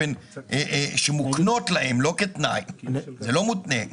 וזה לא דבר שמותנה,